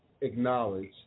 acknowledge